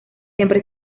siempre